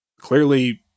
Clearly